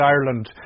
Ireland